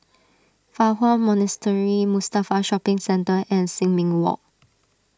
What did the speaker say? Fa Hua Monastery Mustafa Shopping Centre and Sin Ming Walk